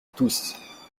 tous